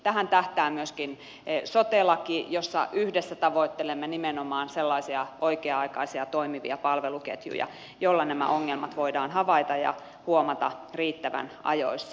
tähän tähtää myöskin sote laki jossa yhdessä tavoittelemme nimenomaan sellaisia oikea aikaisia toimivia palveluketjuja joilla nämä ongelmat voidaan havaita ja huomata riittävän ajoissa